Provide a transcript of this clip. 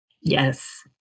Yes